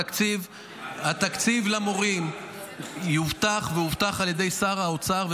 התקציב למורים יובטח והובטח על ידי שר האוצר,